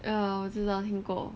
yeah 我知道听过